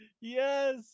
Yes